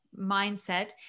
mindset